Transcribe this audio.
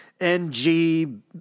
NG